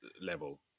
level